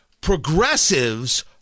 Progressives